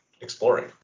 exploring